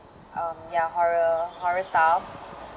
um ya horror horror stuff